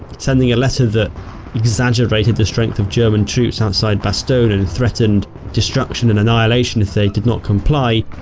sending a letter that exaggerated the strength of german troops outside bastogne and threatened destruction and annihilation if they did not comply,